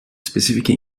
specifieke